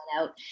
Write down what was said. out